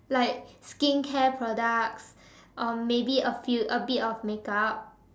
like skincare products or maybe a few a bit of makeup